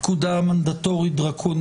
בפתח הדיון אני מבקש לשלוח את תנחומינו לשתי